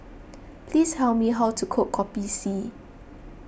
please me how to cook Kopi C